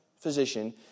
physician